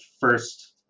first